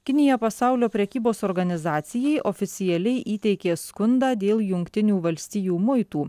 kinija pasaulio prekybos organizacijai oficialiai įteikė skundą dėl jungtinių valstijų muitų